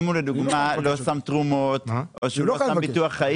אם הוא לדוגמה לא שם תרומות או שהוא לא שם ביטוח חיים,